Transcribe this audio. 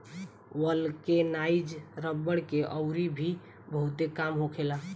vulcanise रबड़ के अउरी भी बहुते काम होखेला